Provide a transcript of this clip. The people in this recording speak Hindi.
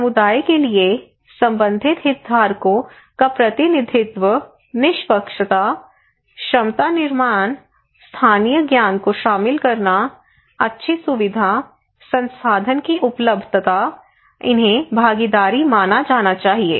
समुदाय के लिए संबंधित हितधारकों का प्रतिनिधित्व निष्पक्षता क्षमता निर्माण स्थानीय ज्ञान को शामिल करना अच्छी सुविधा संसाधन की उपलब्धता इन्हें भागीदारी माना जाना चाहिए